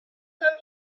come